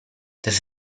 this